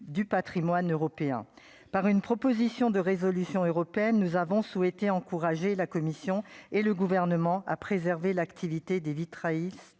du Patrimoine européen par une proposition de résolution européenne, nous avons souhaité encourager la commission et le gouvernement à préserver l'activité des vies